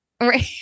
right